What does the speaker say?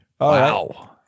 Wow